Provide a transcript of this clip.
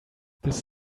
this